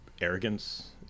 arrogance